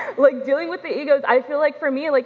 like dealing with the egos, i feel like for me, like